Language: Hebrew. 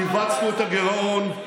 כיווצנו את הגירעון,